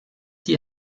die